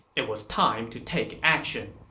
it was time to take action